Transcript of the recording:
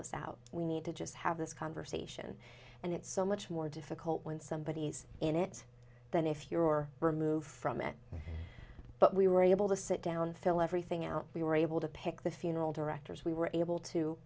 this out we need to just have this conversation and it's so much more difficult when somebodies in it than if you're removed from it but we were able to sit down fill everything out we were able to pick the funeral directors we were able to